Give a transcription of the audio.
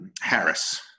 Harris